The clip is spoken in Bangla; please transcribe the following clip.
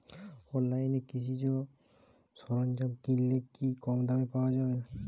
অনলাইনে কৃষিজ সরজ্ঞাম কিনলে কি কমদামে পাওয়া যাবে?